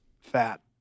fat